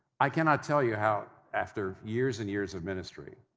i cannot tell you how, after years and years of ministry,